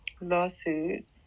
Lawsuit